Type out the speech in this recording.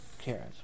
Carrots